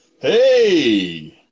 Hey